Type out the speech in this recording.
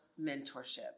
mentorship